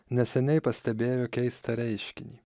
neseniai pastebėjo keistą reiškinį